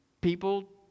People